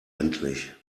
endlich